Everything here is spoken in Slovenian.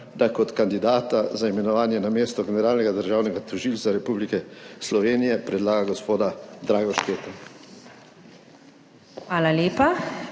da kot kandidata za imenovanje na mesto generalnega državnega tožilca Republike Slovenije predlaga gospoda Draga Šketa. PREDSEDNICA